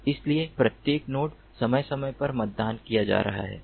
इसलिए प्रत्येक नोड समय समय पर मतदान किया जा रहा है